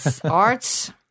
Arts